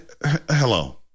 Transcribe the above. Hello